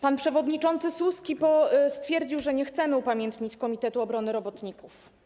Pan przewodniczący Suski stwierdził, że nie chcemy upamiętnić Komitetu Obrony Robotników.